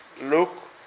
look